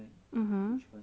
mmhmm